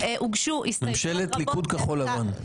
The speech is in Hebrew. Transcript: ממשלת ליכוד-כחול לבן.